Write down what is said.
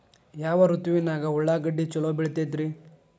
ಯಾವ ಋತುವಿನಾಗ ಉಳ್ಳಾಗಡ್ಡಿ ಛಲೋ ಬೆಳಿತೇತಿ ರೇ?